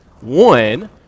One